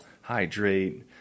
hydrate